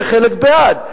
וחלק בעד.